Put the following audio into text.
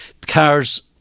cars